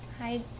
Hi